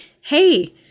hey